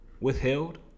withheld